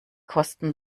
kosten